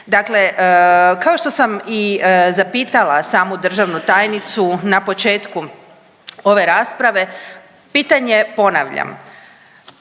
Dakle, kao što sam i zapitala samu državnu tajnicu na početku ove rasprave, pitanje ponavljam.